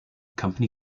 company